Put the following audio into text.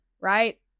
right